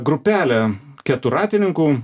grupelę keturratininkų